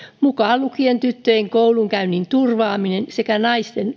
mukaan lukien tyttöjen koulunkäynnin turvaaminen sekä naisten